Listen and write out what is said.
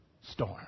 storm